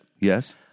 Yes